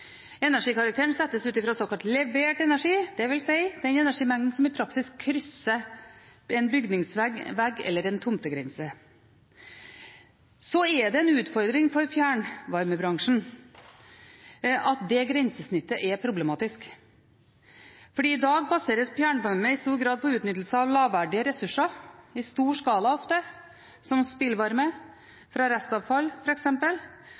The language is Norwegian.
Energikarakteren settes ut fra såkalt levert energi, dvs. den energimengden som i praksis krysser en bygningsvegg eller en tomtegrense. Så er det en utfordring for fjernvarmebransjen at det grensesnittet er problematisk, for i dag baseres fjernvarme i stor grad på utnyttelse av lavverdige ressurser, ofte i stor skala, som f.eks. spillvarme fra restavfall,